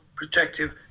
protective